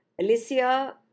Alicia